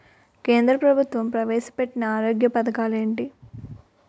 కేంద్ర ప్రభుత్వం ప్రవేశ పెట్టిన ఆరోగ్య పథకాలు ఎంటి?